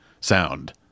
sound